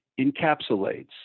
encapsulates